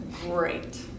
great